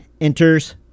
enters